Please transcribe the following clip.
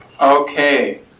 Okay